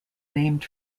named